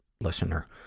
listener